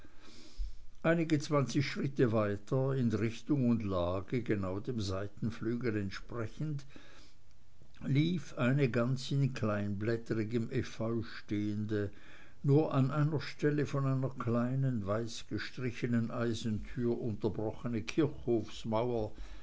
einige zwanzig schritte weiter in richtung und lage genau dem seitenflügel entsprechend lief eine ganz in kleinblättrigem efeu stehende nur an einer stelle von einer kleinen weißgestrichenen eisentür unterbrochene